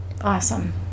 Awesome